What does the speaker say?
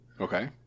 Okay